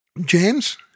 James